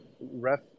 ref